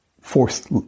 forced